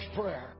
prayer